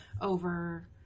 over